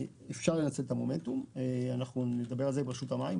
אפשר לנצל את המומנטום, נדבר על זה עם רשות המים.